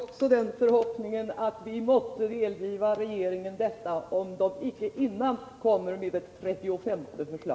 Herr talman! Då haver jag den förhoppningen att vi måtte delgiva regeringen detta, om den icke dessförinnan kommer med det 35:e försla